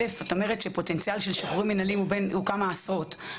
את אומרת שפוטנציאל של שחרורים מנהליים הוא כמה עשרות,